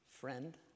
Friend